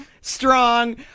strong